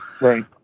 Right